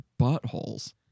buttholes